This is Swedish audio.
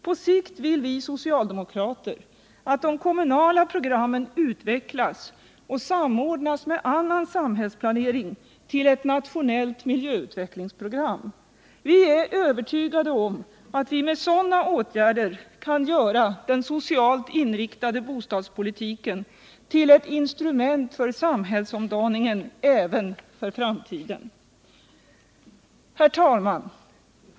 På sikt vill vi socialdemokrater att de kommunala programmen utvecklas och samordnas med annan samhällsplanering till ett nationellt miljöutvecklingsprogram. Vi är övertygade om att vi med sådana åtgärder kan göra den socialt inriktade bostadspolitiken till ett instrument för samhällsomdaningen även för framtiden. Herr talman!